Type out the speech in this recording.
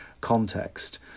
context